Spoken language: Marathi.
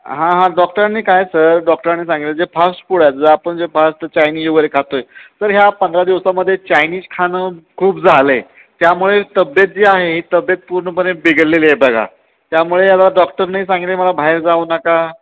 हां हां डॉक्टरांनी काय सर डॉक्टरांनी सांगितलं जे फास्ट फूड आहेत जर आपण जे फास्ट चायनीज वगैरे खातो आहे सर ह्या पंधरा दिवसांमध्ये चायनीज खाणं खूप झालं आहे त्यामुळे तब्येत जी आहे ही तब्येत पूर्णपणे बिघडलेली आहे बघा त्यामुळे याला डॉक्टरने सांगले मला बाहेर जाऊ नका